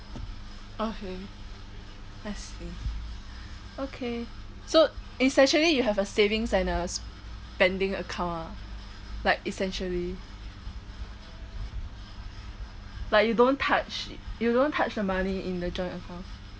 okay I see okay so it's actually you have a savings and a spending account lah like essentially like you don't touch you don't touch the money in the joint account